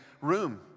room